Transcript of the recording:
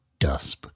Dusp